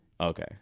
Okay